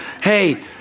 Hey